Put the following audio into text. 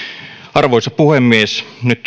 arvoisa puhemies nyt